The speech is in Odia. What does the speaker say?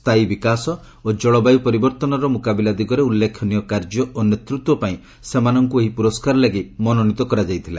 ସ୍ଥାୟୀ ବିକାଶ ଓ ଜଳବାୟୁ ପରିବର୍ତ୍ତନର ମୁକାବିଲା ଦିଗରେ ଉଲ୍ଲେଖନୀୟ କାର୍ଯ୍ୟ ଓ ନେତୃତ୍ୱ ପାଇଁ ସେମାନଙ୍କୁ ଏହି ପୁରସ୍କାର ଲାଗି ମନୋନିତ କରାଯାଇଥିଲା